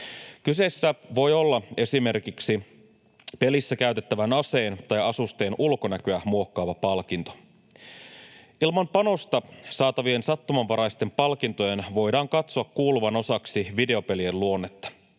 Kyseessä voi olla esimerkiksi pelissä käytettävän aseen tai asusteen ulkonäköä muokkaava palkinto. Ilman panosta saatavien sattumanvaraisten palkintojen voidaan katsoa kuuluvan osaksi videopelien luonnetta,